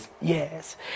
Yes